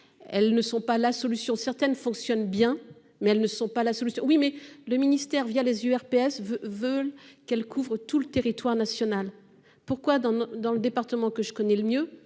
elles ne sont pas la solution, certaines fonctionnent bien. Mais elles ne sont pas la solution. Oui mais le ministère via les URPS veut veulent qu'elle couvre tout le territoire national. Pourquoi dans dans le département que je connais le mieux,